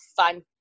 fun